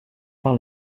par